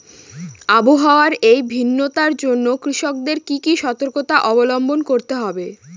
আবহাওয়ার এই ভিন্নতার জন্য কৃষকদের কি কি সর্তকতা অবলম্বন করতে হবে?